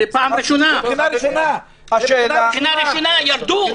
בבחינה הראשונה ירדו.